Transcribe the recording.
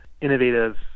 innovative